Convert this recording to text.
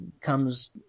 comes